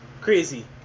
Crazy